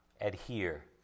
adhere